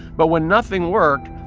but when nothing worked,